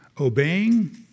obeying